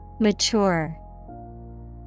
Mature